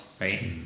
right